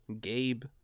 Gabe